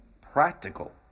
practical